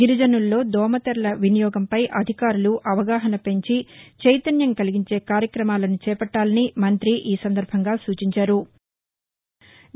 గిరిజనుల్లో దోమతెరల వినియోగంపై అధికారులు అవగాహన పెంచి వైతన్యం కలిగించే కార్యక్రమాలను చేపట్టాలని మం్తి సూచించారు